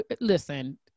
listen